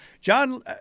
John